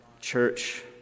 church